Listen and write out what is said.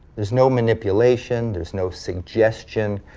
there's no manipulation, there's no suggestion.